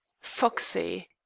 Foxy